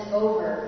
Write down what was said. over